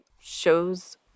shows